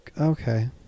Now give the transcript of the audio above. okay